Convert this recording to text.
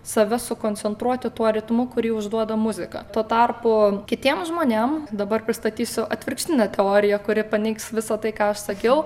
save sukoncentruoti tuo ritmu kurį užduoda muzika tuo tarpu kitiems žmonėm dabar pristatysiu atvirkštinę teoriją kuri paneigs visa tai ką aš sakiau